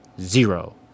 zero